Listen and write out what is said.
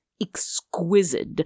exquisite